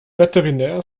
veterinär